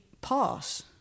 pass